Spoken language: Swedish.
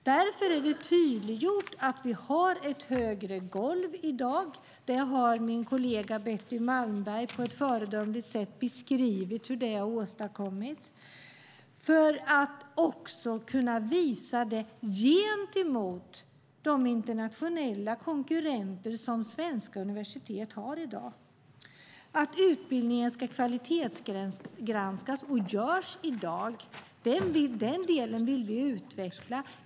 Därför är det tydliggjort att vi i dag har ett högre golv - min kollega Betty Malmberg har på ett föredömligt sätt beskrivit hur det har åstadkommits - för att också kunna visa det gentemot de internationella konkurrenter som svenska universitet har i dag. Utbildningen ska kvalitetsgranskas, och det görs i dag. Den delen vill vi utveckla.